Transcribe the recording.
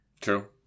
True